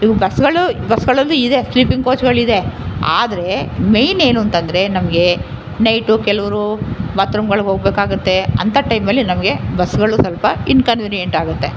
ಇವು ಬಸ್ಗಳು ಬಸ್ಗಳಲ್ಲೂ ಇದೆ ಸ್ಲೀಪಿಂಗ್ ಕೋಚ್ಗಳಿದೆ ಆದರೆ ಮೇನ್ ಏನೂಂತಂದ್ರೆ ನಮಗೆ ನೈಟು ಕೆಲವರು ಬಾತ್ರೂಮ್ಗಳಿಗೆ ಹೋಗ್ಬೇಕಾಗತ್ತೆ ಅಂತ ಟೈಮಲ್ಲಿ ನಮಗೆ ಬಸ್ಗಳು ಸ್ವಲ್ಪ ಇನ್ಕನ್ವೀನಿಯಂಟ್ ಆಗುತ್ತೆ